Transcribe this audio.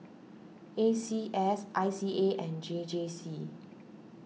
A C S I C A and J J C